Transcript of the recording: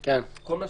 כל הזמן,